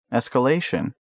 escalation